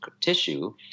tissue